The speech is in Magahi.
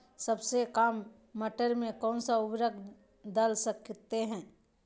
सबसे काम मटर में कौन सा ऊर्वरक दल सकते हैं?